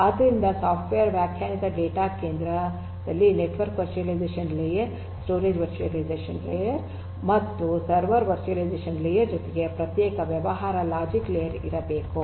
ಆದ್ದರಿಂದ ಸಾಫ್ಟ್ವೇರ್ ವ್ಯಾಖ್ಯಾನಿತ ಡೇಟಾ ಕೇಂದ್ರದಲ್ಲಿ network virtualization layer storage virtualization layer ಮತ್ತು ಸರ್ವರ್ ವರ್ಚುವಲೈಸೇಶನ್ ಲೇಯರ್ ಜೊತೆಗೆ ಪ್ರತ್ಯೇಕ ವ್ಯವಹಾರ ಲಾಜಿಕ್ ಲೇಯರ್ ಇರಬೇಕು